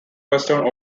western